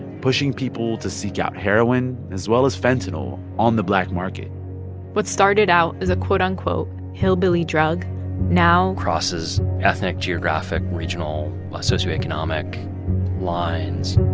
pushing people to seek out heroin, as well as fentanyl, on the black market what started out as a, quote, unquote, hillbilly drug now. crosses ethnic, geographic, regional, ah socioeconomic lines